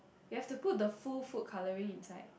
you have to put the full food coloring inside